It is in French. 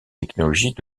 technologies